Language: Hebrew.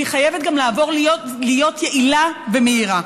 והיא חייבת גם לעבור להיות יעילה ומהירה.